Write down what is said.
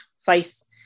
face